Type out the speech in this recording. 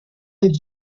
and